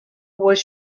was